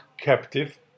captive